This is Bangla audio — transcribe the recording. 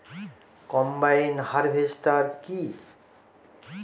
কম্বাইন হারভেস্টার কি?